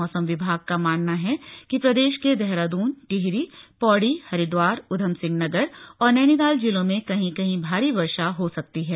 मौसम विभाग का मानना है कि प्रदेश के देहरादून टिहरी पौडी हरिद्वार उधम सिंह नगर और नैनीताल ज़िलों में कहीं कहीं भारी वर्षा भी हो सकती है